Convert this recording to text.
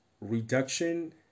reduction